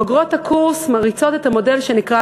בוגרות הקורס מריצות את המודל שנקרא